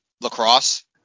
lacrosse